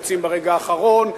יוצאים ברגע האחרון,